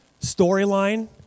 storyline